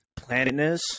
Planetness